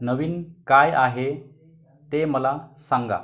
नवीन काय आहे ते मला सांगा